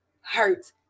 hurt